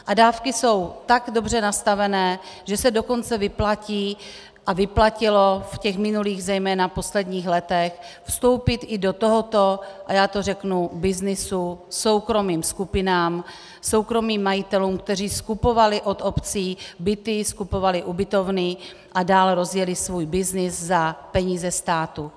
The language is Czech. A dávky jsou tak dobře nastavené, že se dokonce vyplatí, a vyplatilo v těch minulých, zejména posledních letech, vstoupit i do tohoto, a já to řeknu, byznysu soukromým skupinám, soukromým majitelům, kteří skupovali od obcí byty, skupovali ubytovny a dále rozjeli svůj byznys za peníze státu.